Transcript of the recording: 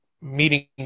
meeting